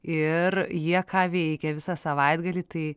ir jie ką veikė visą savaitgalį tai